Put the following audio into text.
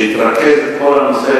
שהיא תרכז את כל הנושא,